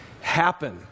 happen